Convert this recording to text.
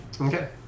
Okay